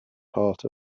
part